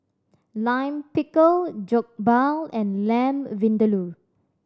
Lime Pickle Jokbal and Lamb Vindaloo